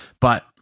But-